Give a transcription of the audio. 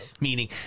meaning